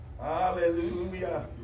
Hallelujah